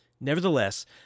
Nevertheless